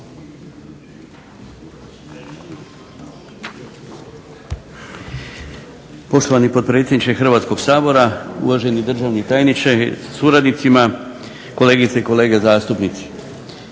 Poštovani potpredsjedniče Hrvatskog sabora, uvaženi državni tajniče sa suradnicima, kolegice i kolege zastupnici.